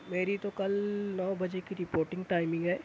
میری تو کل نو بجے کی رپورٹنگ ٹائمنگ ہے